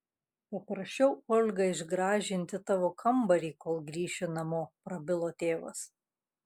paprašiau olgą išgražinti tavo kambarį kol grįši namo prabilo tėvas